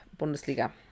Bundesliga